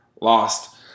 lost